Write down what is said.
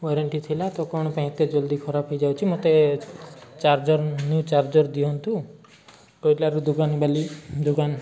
warranty ଥିଲା ତ କ'ଣ ପାଇଁ ଏତେ ଜଲ୍ଦି ଖରାପ ହେଇଯାଉଛି ମୋତେ ଚାର୍ଜର୍ ନ୍ୟୁ ଚାର୍ଜର୍ ଦିଅନ୍ତୁ ପଇଲାରୁ ଦୋକାନ ବାଲି ଦୋକାନ